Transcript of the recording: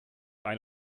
ein